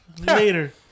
later